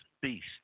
beast